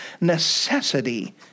Necessity